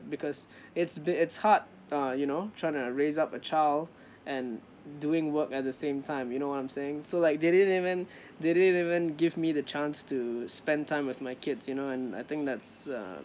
because it's been it's hard uh you know trying to raise up a child and doing work at the same time you know what I'm saying so like they didn't even they didn't even give me the chance to spend time with my kids you know and I think that's uh